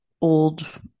old